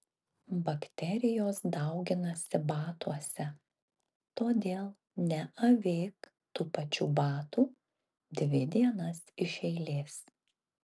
bakterijos dauginasi batuose todėl neavėk tų pačių batų dvi dienas iš eilės